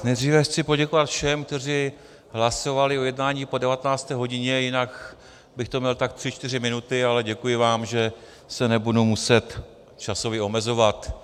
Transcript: Nejdříve chci poděkovat všem, kteří hlasovali o jednání po 19. hodině, jinak bych to měl tak tři čtyři minuty, ale děkuji vám, že se nebudu muset časově omezovat.